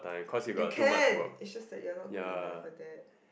you can is just that you are not good enough for that